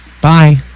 Bye